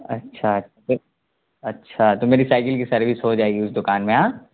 اچھا اچھا تو میری سائیکل کی سروس ہو جائے گی اس دکان میں ہاں